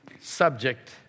subject